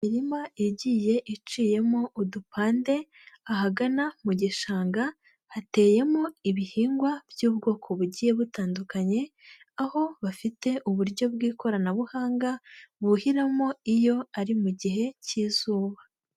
Imirima igiye iciyemo udupande, ahagana mu gishanga hateyemo ibihingwa by'ubwoko bugiye butandukanye, aho bafite uburyo bw'ikoranabuhanga buhiramo iyo ari mu gihe cy'izuba.